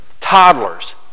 toddlers